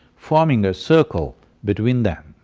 forming a circle between them.